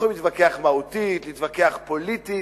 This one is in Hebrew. יכולים להתווכח מהותית, להתווכח פוליטית,